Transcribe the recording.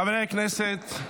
חברי הכנסת,